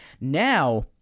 Now